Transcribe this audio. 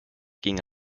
ging